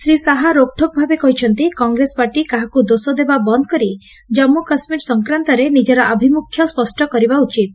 ଶ୍ରୀ ଶାହା ରୋକ୍ଠୋକ୍ ଭାବେ କହିଛନ୍ତି କଂଗ୍ରେସ ପାର୍ଟି କାହାକୁ ଦୋଷ ଦେବା ବନ୍ଦ କରି ଜାମ୍ମୁ କାଶ୍କୀର ସଂକ୍ରାନ୍ଡରେ ନିଜର ଆଭିମୁଖ୍ୟ ସ୍ୱଷ୍ୟ କରିବା ଉଚିତ୍